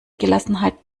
gelassenheit